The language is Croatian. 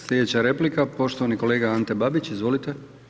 Slijedeća replika poštovani kolega Ante Babić, izvolite.